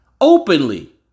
openly